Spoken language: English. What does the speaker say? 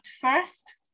first